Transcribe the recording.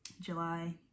July